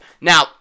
Now